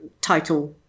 title